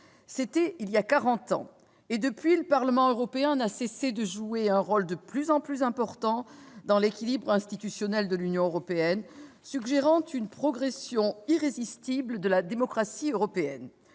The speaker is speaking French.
C'était il y a quarante ans et, depuis, le Parlement européen n'a cessé de jouer un rôle de plus en plus important dans l'équilibre institutionnel de l'Union européenne, suggérant une progression irrésistible de la démocratie européenne.